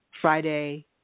Friday